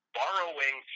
borrowing